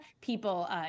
people